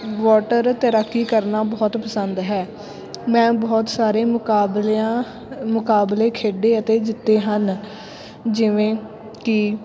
water ਤੈਰਾਕੀ ਕਰਨਾ ਬਹੁਤ ਪਸੰਦ ਹੈ ਮੈਂ ਬਹੁਤ ਸਾਰੇ ਮੁਕਾਬਲਿਆਂ ਮੁਕਾਬਲੇ ਖੇਡੇ ਅਤੇ ਜਿੱਤੇ ਹਨ ਜਿਵੇਂ ਕਿ